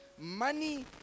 Money